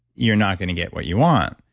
you're not going to get what you want.